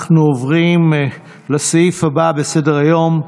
אנחנו עוברים לסעיף הבא בסדר-היום,